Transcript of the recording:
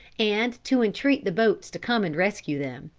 and to entreat the boats to come and rescue them.